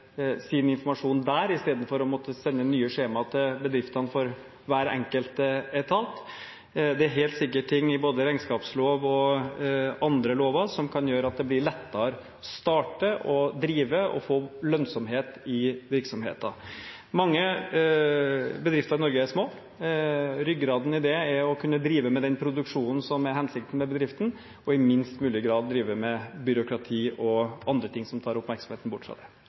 sin informasjon der i stedet for å måtte sende nye skjemaer til bedriftene for hver enkelt etat. Det er helt sikkert ting i både regnskapslov og andre lover som kan gjøre at det blir lettere å starte og drive og få lønnsomhet i virksomheter. Mange bedrifter i Norge er små. Ryggraden i det er å kunne drive med den produksjonen som er hensikten med bedriften, og i minst mulig grad drive med byråkrati og andre ting som tar oppmerksomhet bort fra det.